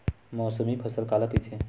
मौसमी फसल काला कइथे?